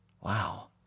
Wow